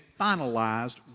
finalized